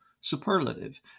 superlative